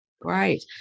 Great